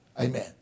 Amen